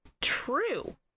True